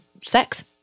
sex